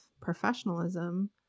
professionalism